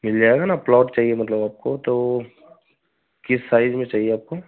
मिल जाएगा ना प्लॉनट चाहिए मतलब आपको तो किस साइज़ में चाहिए आपको